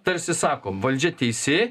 tarsi sako valdžia teisi